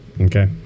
Okay